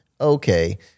Okay